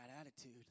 attitude